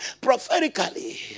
prophetically